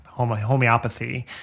homeopathy